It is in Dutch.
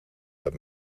met